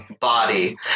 body